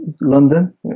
London